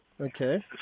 Okay